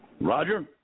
Roger